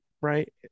right